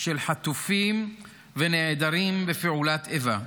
של חטופים ונעדרים בפעולת איבה.